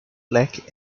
black